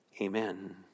Amen